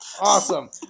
Awesome